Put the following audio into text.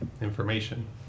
information